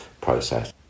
process